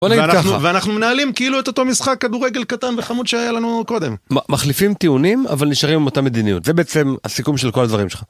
בוא נגיד ככה, ואנחנו, ואנחנו מנהלים כאילו את אותו משחק כדורגל קטן וחמוד שהיה לנו קודם. מחליפים טיעונים אבל נשארים עם אותה מדיניות, זה בעצם הסיכום של כל הדברים שלך.